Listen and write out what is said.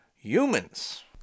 humans